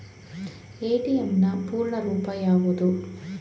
ATM ನ ಪೂರ್ಣ ರೂಪ ಯಾವುದು?